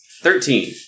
Thirteen